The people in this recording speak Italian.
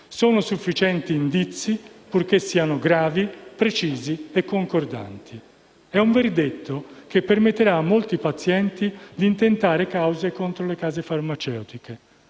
essendo sufficienti indizi purché siano «gravi, precisi e concordanti». Si tratta di un verdetto che permetterà a molti pazienti di intentare causa contro le case farmaceutiche.